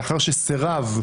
לאחר שסרב,